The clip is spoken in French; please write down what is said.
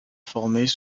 formés